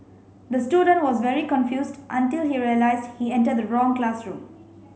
the student was very confused until he realised he entered the wrong classroom